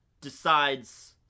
decides